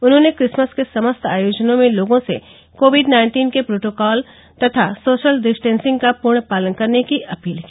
उन्होंने क्रिसमस के समस्त आयोजनों में लोगों से कोविड नाइन्टीन के प्रोटोकाल तथा सोशल डिस्टेंसिंग का पूर्ण पालन करने की अपील की